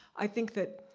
i think that